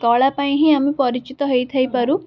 କଳା ପାଇଁ ହିଁ ଆମେ ପରିଚିତ ହେଇଥାଇପାରୁ